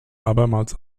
abermals